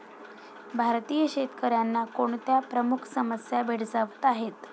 भारतीय शेतकऱ्यांना कोणत्या प्रमुख समस्या भेडसावत आहेत?